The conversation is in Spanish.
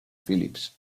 phillips